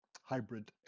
hybrid